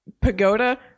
pagoda